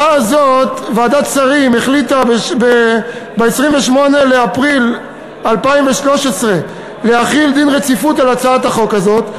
ועדת שרים החליטה ב-28 באפריל 2013 להחיל דין רציפות על הצעת החוק הזאת,